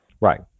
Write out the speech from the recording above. Right